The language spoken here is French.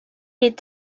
est